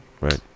Right